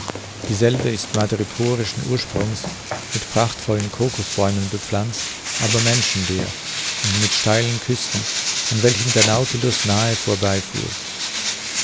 dieselbe ist madreporischen ursprungs mit prachtvollen cocosbäumen bepflanzt aber menschenleer und mit steilen küsten an welchen der nautilus nahe